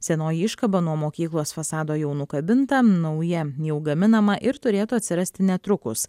senoji iškaba nuo mokyklos fasado jau nukabinta nauja jau gaminama ir turėtų atsirasti netrukus